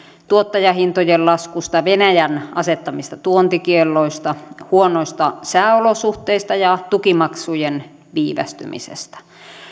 tuottajahintojen laskusta venäjän asettamista tuontikielloista huonoista sääolosuhteista ja tukimaksujen viivästymisestä